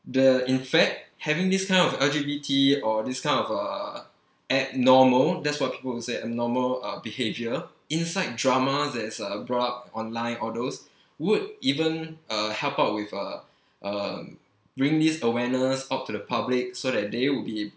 the in fact having this kind of L_G_B_T or this kind of uh abnormal that's what people would say abnormal uh behaviour inside drama that is uh brought online or those would even uh help out with uh um bring this awareness out to the public so that they would be